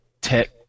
tech